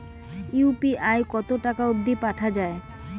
UPI কতো টাকা অব্দি পাঠা যায়?